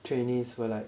trainees were like